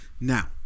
Now